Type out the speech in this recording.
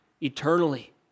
eternally